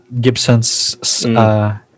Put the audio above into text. Gibson's